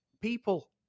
People